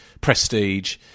prestige